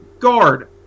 Guard